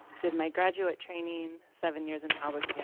did my graduate training, seven years, in albuquerque